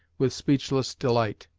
with speechless delight.